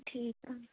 ਠੀਕ ਆ